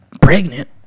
pregnant